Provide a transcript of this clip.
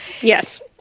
Yes